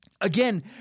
Again